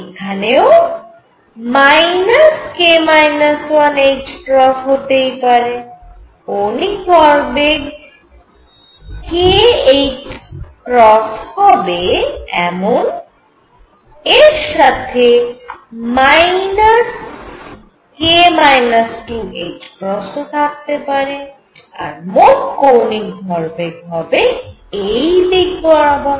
এখানেও ℏ হতেই পারে কৌণিক ভরবেগ kℏ হবে এমন এর সাথে k 2 ও থাকতে পারে আর মোট কৌণিক ভরবেগ হবে এই দিক বরাবর